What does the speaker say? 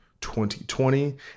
2020